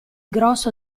grosso